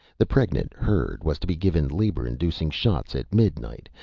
the pregnant herd was to be given labor-inducing shots at midnight,